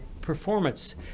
performance